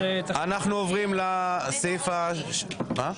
אנחנו עוברים לסעיף הבא,